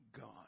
God